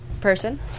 person